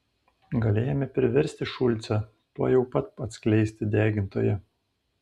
galėjome priversti šulcą tuojau pat atskleisti degintoją